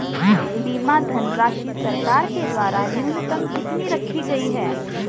बीमा धनराशि सरकार के द्वारा न्यूनतम कितनी रखी गई है?